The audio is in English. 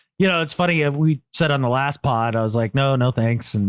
yeah it's funny, and we sat on the last pot. i was like, no no thanks. and